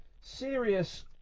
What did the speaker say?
Serious